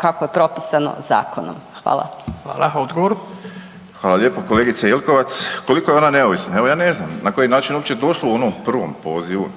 kako je propisano zakonom? Hvala. **Radin, Furio (Nezavisni)** Hvala. Odgovor. **Borić, Josip (HDZ)** Hvala lijepo kolegice Jelkovac. Koliko je ona neovisna, evo, ja ne znam. Na koji način je uopće došla u onom prvom pozivu,